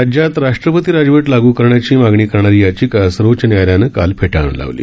राज्यात राष्ट्रपती राजवट लागू करण्याची मागणी करणारी याचिका सर्वोच्च न्यायालयानं काल फेटाळून लावली